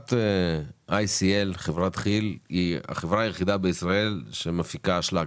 חברת ICL היא החברה היחידה בישראל שמפיקה אשלג,